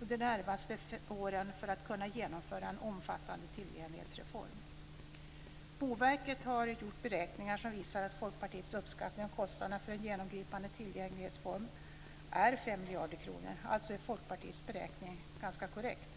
under de närmaste åren för att kunna genomföra en omfattande tillgänglighetsreform. Boverket har gjort beräkningar som visar att Folkpartiets uppskattning att kostnaden för en genomgripande tillgänglighetsreform är 5 miljarder kronor är ganska korrekt.